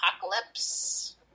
apocalypse